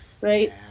right